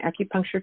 acupuncture